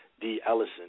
D-Ellison